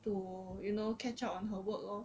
to you know catch up on her work lor